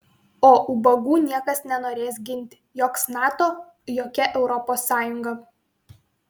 o ubagų niekas nenorės ginti joks nato jokia europos sąjunga